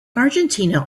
argentina